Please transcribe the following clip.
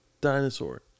dinosaur